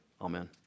Amen